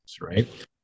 right